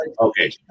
Okay